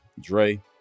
Dre